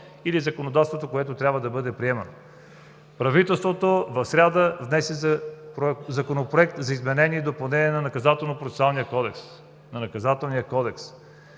и законодателството, което трябва да бъде приемано. Правителството в сряда внесе Законопроект за изменение и допълнение на